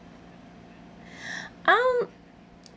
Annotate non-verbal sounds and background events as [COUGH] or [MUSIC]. [BREATH] um